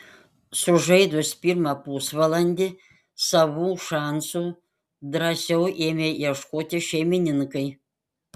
sužaidus pirmą pusvalandį savų šansų drąsiau ėmė ieškoti šeimininkai